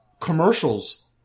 Commercials